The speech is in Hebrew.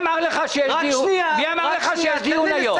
מעמיד ילד